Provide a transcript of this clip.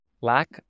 Lack